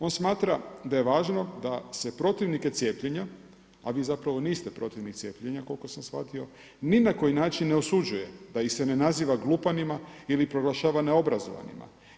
On smatra, da je važno da se protivnike cijepljenja, a vi zapravo niste protivnici cijepljenja koliko sam shvatio, ni na koji način ne osuđuje, da ih se ne naziva glupanima ili proglašava neobrazovanima.